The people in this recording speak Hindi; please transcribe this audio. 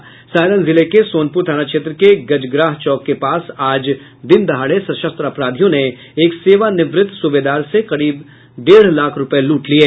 सारण जिले के सोनपुर थाना क्षेत्र के गजग्राह चौक के पास आज दिनदहाड़े सशस्त्र अपराधियों ने एक सेवानिवृत सूबेदार से करीब डेढ़ लाख रुपये लूट लिये